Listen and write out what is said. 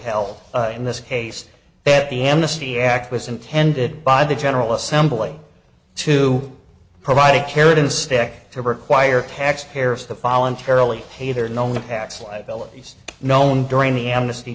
hell in this case that the amnesty act was intended by the general assembly to provide a carrot and stick to require taxpayers the voluntary only pay their known tax liabilities known during the amnesty